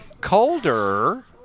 colder